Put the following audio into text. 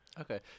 Okay